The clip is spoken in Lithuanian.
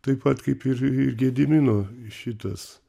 taip pat kaip ir ir gedimino šitas